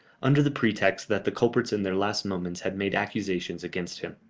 under the pretext that the culprits in their last moments had made accusations against him.